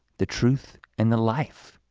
the truth and the life.